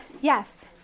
Yes